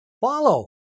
follow